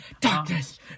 Darkness